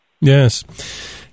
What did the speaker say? Yes